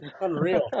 unreal